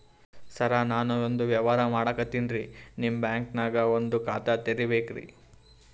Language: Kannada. ಸರ ನಾನು ಒಂದು ವ್ಯವಹಾರ ಮಾಡಕತಿನ್ರಿ, ನಿಮ್ ಬ್ಯಾಂಕನಗ ಒಂದು ಖಾತ ತೆರಿಬೇಕ್ರಿ?